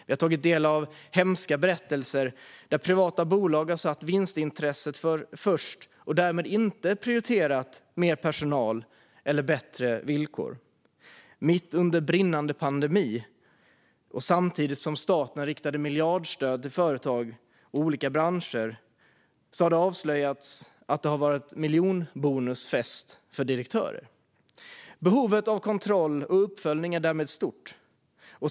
Vi har tagit del av hemska berättelser där privata bolag har satt vinstintresset först och därmed inte prioriterat mer personal eller bättre villkor. Mitt under brinnande pandemi och samtidigt som staten riktar miljardstöd till företag i olika branscher har det avslöjats att det varit miljonbonusfest för direktörer. Behovet av kontroll och uppföljning är därmed stort.